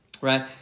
right